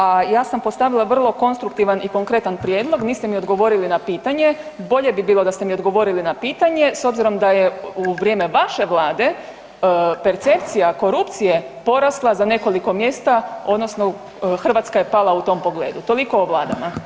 A ja sam postavila vrlo konstruktivan i konkretan prijedlog, niste mi odgovorili na pitanje, bolje bi bilo da ste mi odgovorili na pitanje s obzirom da je u vrijeme vaše Vlade percepcija korupcije porasla za nekoliko mjesta odnosno Hrvatska je pala u tom pogledu, toliko o Vladama.